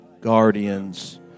Guardians